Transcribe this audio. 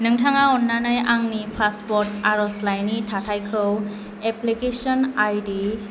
नोंथाङा अन्नानै आंनि पासपर्ट आर'जलाइनि थाथाइखौ एप्लिकेशन आईडि